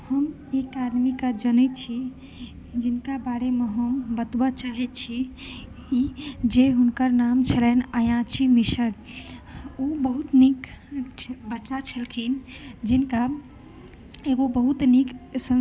हम एक आदमी के जनै छी जिनका बारे मे हम बतबऽ चाहै छी ई जे हुनकर नाम छलनि अयाची मिसर ओ बहुत नीक बच्चा छलखिन जिनका